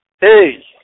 Hey